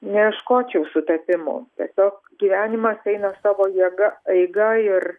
neieškočiau sutapimų tiesiog gyvenimas eina savo jėga eiga ir